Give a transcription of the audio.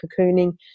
cocooning